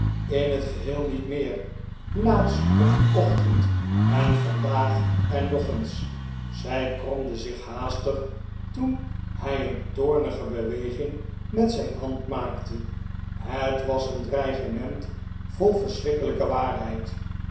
in het geheel niet meer laatst op dien ochtend en vandaag en nog eens zij kromde zich haastig toen hij een toornige beweging met zijn hand maakte het was een dreigement vol verschrikkelijke waarheid